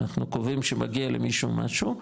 אנחנו קובעים שמגיע למישהו משהו,